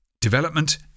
Development